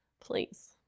Please